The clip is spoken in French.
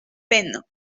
peine